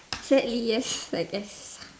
sadly yes I guess